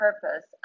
purpose